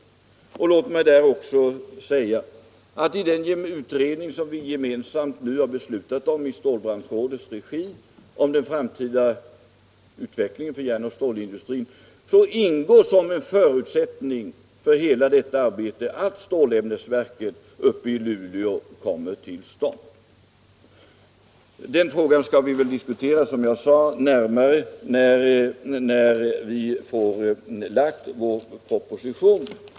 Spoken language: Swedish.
I den utredning om den framtida utvecklingen för järn och stålindustrin som vi nu gemensamt beslutat om i stålbranschrådets regi ingår som en förutsättning för hela detta arbete att stålämnesverket i Luleå kommer till stånd. Den frågan får vi, som jag tidigare sade, närmare diskutera när vi har lagt fram vår proposition.